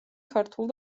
ქართულ